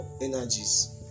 energies